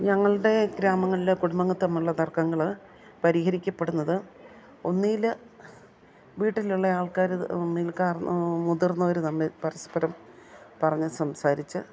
ഞങ്ങളുടെ ഗ്രാമങ്ങളിൽ കുടുംബങ്ങൾ തമ്മിലുള്ള തർക്കങ്ങൾ പരിഹരിക്കപ്പെടുന്നത് ഒന്നുകിൽ വീട്ടിലുള്ള ആൾക്കാർ ഒന്നിൽ മുതിർന്നവർ തമ്മിൽ പരസ്പരം പറഞ്ഞു സംസാരിച്ചു